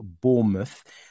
Bournemouth